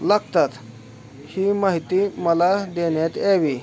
लागतात ही माहिती मला देण्यात यावी